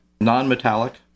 non-metallic